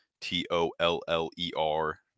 T-O-L-L-E-R